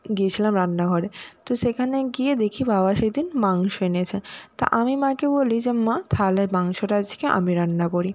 গিয়েছিলাম রান্নাঘরে তো সেখানে গিয়ে দেখি বাবা সেদিন মাংস এনেছে তা আমি মাকে বলি যে মা তাহলে মাংসটা আজকে আমি রান্না করি